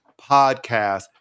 podcast